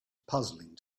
puzzling